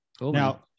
Now